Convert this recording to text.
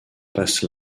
passe